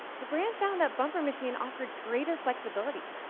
the brand found that bumper machine offered greater flexibility,